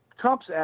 Trump's